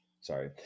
Sorry